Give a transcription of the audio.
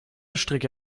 stricke